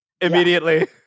immediately